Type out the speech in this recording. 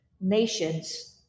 nations